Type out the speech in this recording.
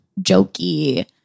jokey